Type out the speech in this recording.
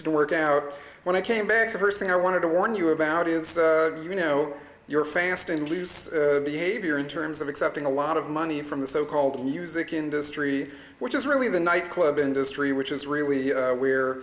didn't work out when i came back the first thing i wanted to warn you about is you know you're fast and loose behavior in terms of accepting a lot of money from the so called music industry which is really the nightclub industry which is really